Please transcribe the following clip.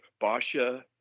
Basha